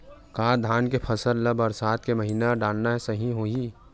का धान के फसल ल बरसात के महिना डालना सही होही?